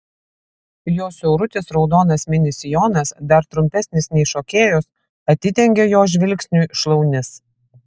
jos siaurutis raudonas mini sijonas dar trumpesnis nei šokėjos atidengia jo žvilgsniui šlaunis